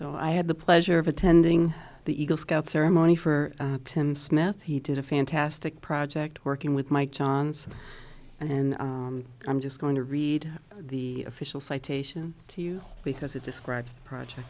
so i had the pleasure of attending the eagle scout ceremony for tim smith he did a fantastic project working with mike johns and i'm just going to read the official citation to you because it describes the project